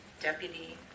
Deputy